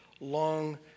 long